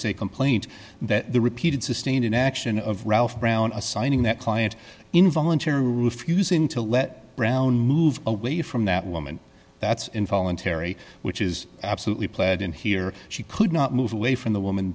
se complaint that the repeated sustained inaction of ralph brown assigning that client involuntary refusing to let brown move away from that woman that's involuntary which is absolutely pled in here she could not move away from the woman